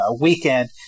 weekend